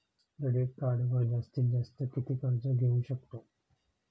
Credit कार्डवर जास्तीत जास्त किती कर्ज घेऊ शकतो?